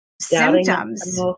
symptoms